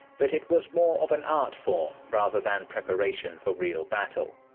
but it was more of an art form rather than preparation for real battle.